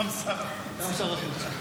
גם שר החוץ.